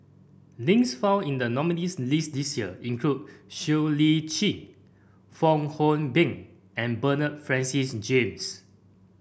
names found in the nominees' list this year include Siow Lee Chin Fong Hoe Beng and Bernard Francis James